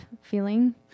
feeling